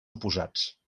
oposats